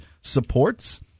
supports